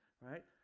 right